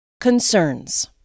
Concerns